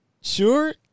sure